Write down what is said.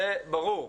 זה ברור.